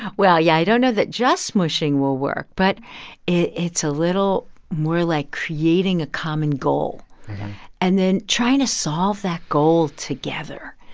well, yeah, i don't know that just smushing will work, but it's a little more like creating a common goal and then trying to solve that goal together.